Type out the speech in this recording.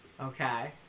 Okay